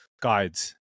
guides